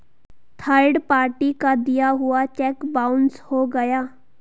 third party का दिया हुआ चेक बाउंस हो गया